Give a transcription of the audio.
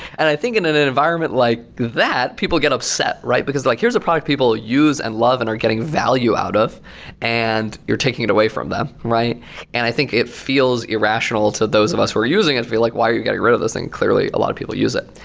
and i think in an environment like that, people get upset, right? because like here's a product people use and love and are getting value out of and you're taking it away from them. and i think it feels irrational to those of us who are using it to be like, why are you getting rid of those things? clearly, a lot of people use it.